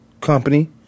company